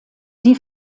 die